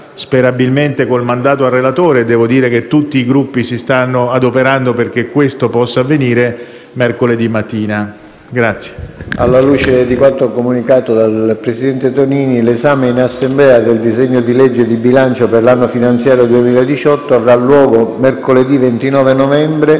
Alla luce di quanto comunicato dal presidente Tonini, l’esame in Assemblea del disegno di legge di bilancio per l’anno finanziario 2018 avrà luogo mercoledì 29 novembre,